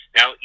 Now